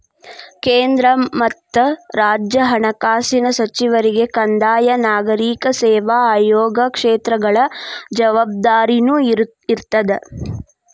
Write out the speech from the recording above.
ಕೇಂದ್ರ ಮತ್ತ ರಾಜ್ಯ ಹಣಕಾಸಿನ ಸಚಿವರಿಗೆ ಕಂದಾಯ ನಾಗರಿಕ ಸೇವಾ ಆಯೋಗ ಕ್ಷೇತ್ರಗಳ ಜವಾಬ್ದಾರಿನೂ ಇರ್ತದ